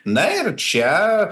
na ir čia